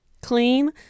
clean